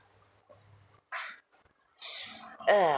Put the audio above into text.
err